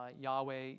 Yahweh